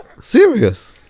Serious